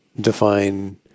define